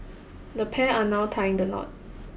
the pair are now tying the knot